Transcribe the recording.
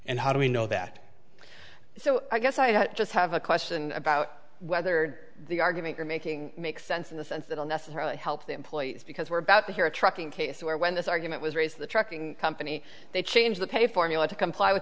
and how do we know that so i guess i just have a question about whether the argument you're making makes sense in the sense that will necessarily help the employee because we're about to hear a trucking case where when this argument was raised the trucking company they change the pay formula to comply with